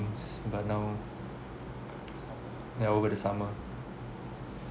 but now yeah over the summer